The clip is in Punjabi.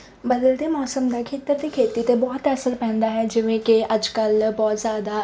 ਬਦਲਦੇ ਮੌਸਮ ਦਾ ਖੇਤਰ ਅਤੇ ਖੇਤੀ 'ਤੇ ਬਹੁਤ ਅਸਰ ਪੈਂਦਾ ਹੈ ਜਿਵੇਂ ਕਿ ਅੱਜ ਕੱਲ੍ਹ ਬਹੁਤ ਜ਼ਿਆਦਾ